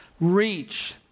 reach